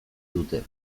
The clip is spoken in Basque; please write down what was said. dute